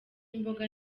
imboga